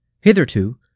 Hitherto